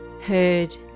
heard